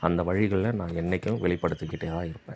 அந்த வழிகளில் நான் என்றைக்கும் வெளிப்படுத்திக்கிட்டே தான் இருப்பேன்